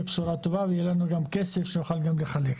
בשורה טובה ויהיה לנו גם כסף שנוכל גם לחלק.